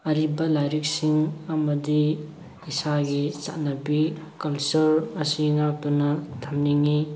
ꯑꯔꯤꯕ ꯂꯥꯏꯔꯤꯛꯁꯤꯡ ꯑꯃꯗꯤ ꯏꯁꯥꯒꯤ ꯆꯠꯅꯕꯤ ꯀꯜꯆꯔ ꯑꯁꯤ ꯉꯥꯛꯇꯨꯅ ꯊꯝꯅꯤꯡꯉꯤ